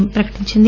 ఎమ్ ప్రకటించింది